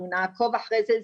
אנחנו נעקוב אחרי זה.